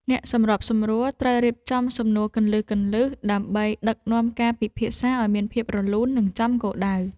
អ្នកសម្របសម្រួល ត្រូវរៀបចំសំណួរគន្លឹះៗ ដើម្បីដឹកនាំការពិភាក្សាឱ្យមានភាពរលូន និងចំគោលដៅ។